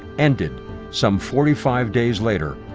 ended some forty five days later,